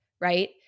right